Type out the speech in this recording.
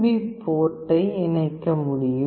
B போர்ட்டை இணைக்க முடியும்